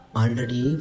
already